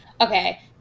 Okay